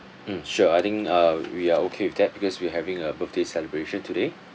mm sure I think uh we are okay with that because we're having a birthday celebration today